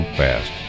fast